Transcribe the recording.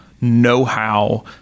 know-how